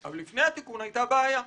"אבל לפני התיקון הייתה בעיה".